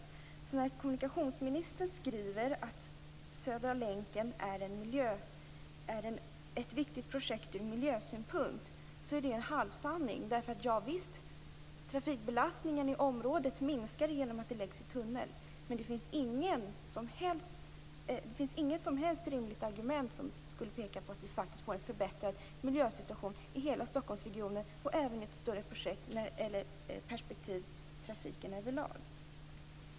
Det är en halvsanning när kommunikationsministern säger att Södra länken är ett viktigt projekt ur miljösynpunkt. Javisst, trafikbelastningen i området minskas genom att läggas i tunnel. Men det finns inget som helst rimligt argument som skulle peka på att det skulle bli en förbättrad miljösituation i hela Stockholmsregionen och även i ett större perspektiv trafiken överlag.